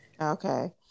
Okay